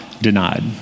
denied